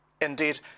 Indeed